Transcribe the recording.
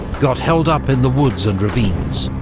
got held up in the woods and ravines,